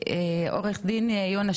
מדיניות הגירה ישראלית.